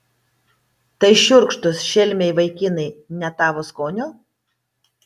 tai šiurkštūs šelmiai vaikinai ne tavo skonio